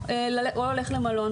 או שהוא הולך למלון.